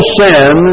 sin